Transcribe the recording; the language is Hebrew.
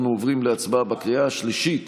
אנחנו עוברים להצבעה בקריאה השלישית